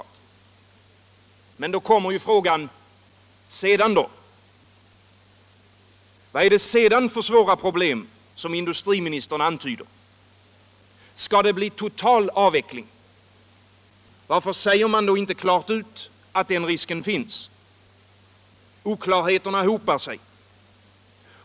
Men då kommer ju frågan: ... och sedan då? Vad är det sedan för svåra problem som industriministern antyder? Skall det bli total avveckling? Varför säger man då inte klart ut att den risken finns? Oklarheterna hopar sig.